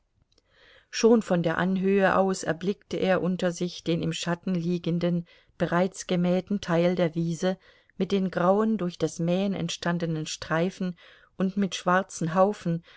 schon von der anhöhe aus erblickte er unter sich den im schatten liegenden bereits gemähten teil der wiese mit den grauen durch das mähen entstandenen streifen und mit schwarzen haufen